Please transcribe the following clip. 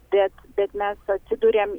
bet bet mes atsiduriam